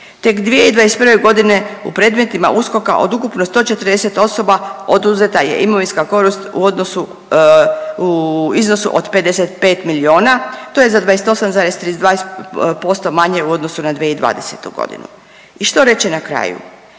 Tek 2021. godine u predmetima USKOK-a od ukupno 140 osoba oduzeta je imovinska korist u iznosu od 55 milijuna. To je 28,32% manje u odnosu na 2020. godinu. I što reći na kraju?